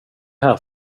här